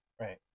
Right